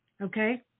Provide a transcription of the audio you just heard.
okay